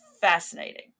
fascinating